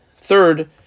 third